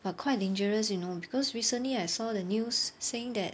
but quite dangerous you know because recently I saw the news saying that